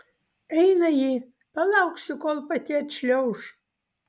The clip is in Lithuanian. eina ji palauksiu kol pati atšliauš